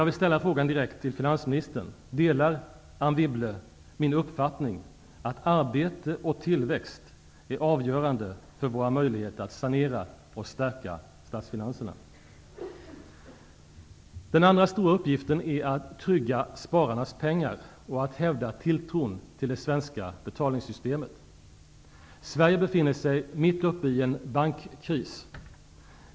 Delar Anne Wibble min uppfattning att arbete och tillväxt är avgörande för våra möjligheter att sanera och förstärka statsfinanserna? Den andra stora uppgiften är att trygga spararnas pengar och att hävda tilltron till det svenska betalningsystemet. Sverige befinner sig mitt uppe i en bankkris.